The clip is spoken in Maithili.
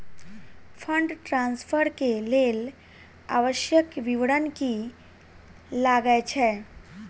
फंड ट्रान्सफर केँ लेल आवश्यक विवरण की की लागै छै?